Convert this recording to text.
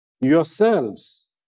yourselves